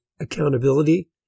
Accountability